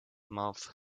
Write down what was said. mouth